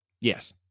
Yes